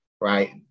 right